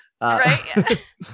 right